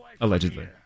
Allegedly